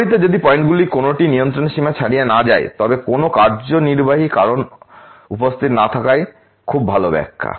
বিপরীতে যদি পয়েন্টগুলির কোনওটিই নিয়ন্ত্রণের সীমা ছাড়িয়ে না যায় তবে কোনও কার্যনির্বাহী কারণ উপস্থিত না থাকায় খুব ভাল ব্যাখ্যা